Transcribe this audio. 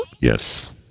Yes